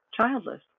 childless